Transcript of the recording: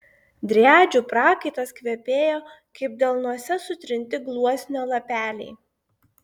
driadžių prakaitas kvepėjo kaip delnuose sutrinti gluosnio lapeliai